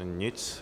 Nic.